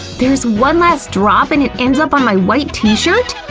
there's one last drop and it ends up on my white t-shirt?